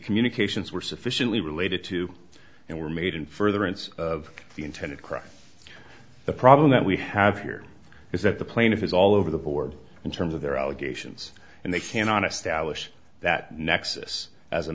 communications were sufficiently related to and were made in furtherance of the intended crime the problem that we have here is that the plaintiff is all over the board in terms of their allegations and they can honest alledge that nexus as a